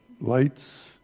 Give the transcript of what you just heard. lights